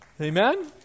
Amen